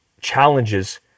challenges